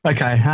Okay